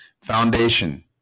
foundation